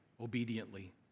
obediently